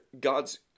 God's